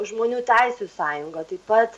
žmonių teisių sąjunga taip pat